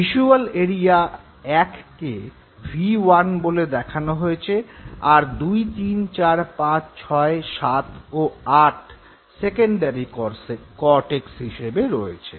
visual area ১ কে V one বলে দেখানো হয়েছে আর ২৩৪৫৬৭ ও ৮ সেকেন্ডারি কর্টেক্স হিসেবে রয়েছে